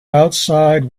outside